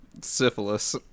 syphilis